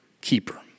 keeper